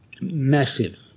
massive